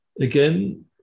Again